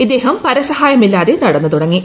ഇദ്ദേഹം പരസഹായമില്ലാതെ നടന്നു തുടങ്ങി